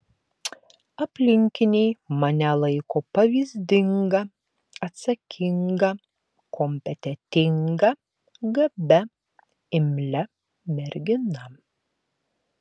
aplinkiniai mane laiko pavyzdinga atsakinga kompetentinga gabia imlia mergina